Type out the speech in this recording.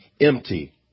empty